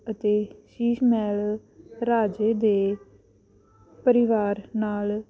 ਅਤੇ ਸ਼ੀਸ਼ ਮਹਿਲ ਰਾਜੇ ਦੇ ਪਰਿਵਾਰ ਨਾਲ